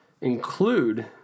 include